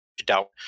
doubt